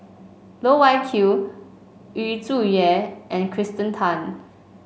Loh Wai Kiew Yu Zhuye and Kirsten Tan